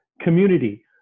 community